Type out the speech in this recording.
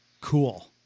cool